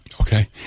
Okay